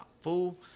fool